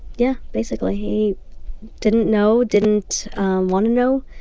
yeah. basically. he didn't know. didn't want to know.